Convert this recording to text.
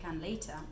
later